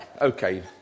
Okay